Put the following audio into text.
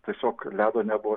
tiesiog ledo nebuvo